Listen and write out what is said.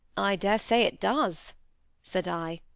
i dare say it does said i,